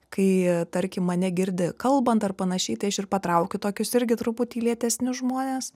kai tarkim mane girdi kalbant ar panašiai tai aš ir patraukiu tokius irgi truputį lėtesnius žmones